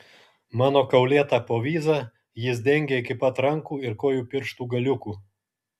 mano kaulėtą povyzą jis dengė iki pat rankų ir kojų pirštų galiukų